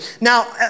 Now